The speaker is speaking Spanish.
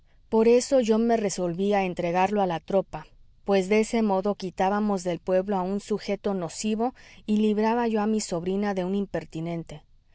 por eso yo me resolví a entregarlo a la tropa pues de ese modo quitábamos del pueblo a un sujeto nocivo y libraba yo a mi sobrina de un impertinente